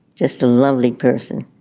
just a lovely person.